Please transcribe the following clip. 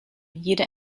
jede